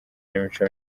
n’imico